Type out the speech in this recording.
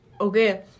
Okay